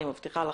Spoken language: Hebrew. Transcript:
אני מבטיחה לך,